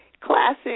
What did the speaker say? Classic